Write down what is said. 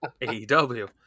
AEW